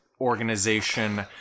organization